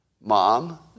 Mom